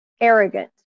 Arrogant